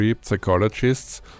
psychologists